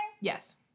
Yes